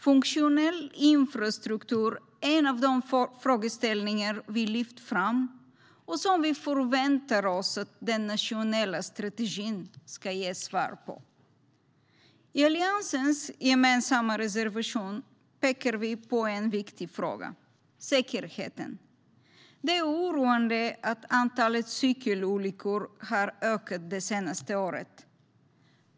Funktionell infrastruktur är en av de frågeställningar som vi lyft fram och som vi förväntar oss att den nationella strategin ger svar på. I Alliansens gemensamma reservation pekar vi på en viktig fråga, nämligen säkerheten. Det är oroande att antalet cykelolyckor har ökat det senaste året.